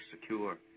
secure